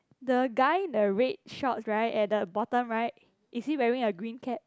the guy in the red shorts right at the bottom right is he wearing a green cap